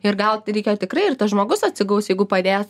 ir gal reikia tikrai ir tas žmogus atsigaus jeigu padės